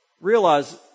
realize